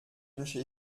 wünsche